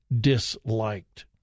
disliked